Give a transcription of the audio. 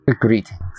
Greetings